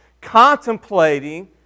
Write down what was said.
contemplating